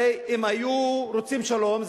הרי אם היו רוצים שלום,